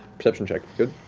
perception check. go